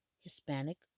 Hispanic